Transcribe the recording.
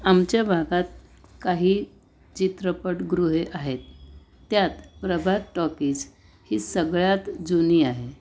आमच्या भागात काही चित्रपटगृहे आहेत त्यात प्रभात टॉकीज ही सगळ्यात जुनी आहे